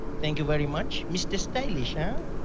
thank you very much, mr. stylish. yeah